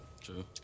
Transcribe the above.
True